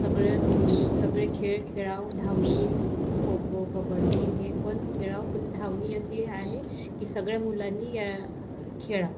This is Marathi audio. सगळं सगळे खेळ खेळावं धावणे खो खो कबड्डी हे पण खेळावं पण धावणे अशी आहे की सगळ्या मुलांनी या खेळा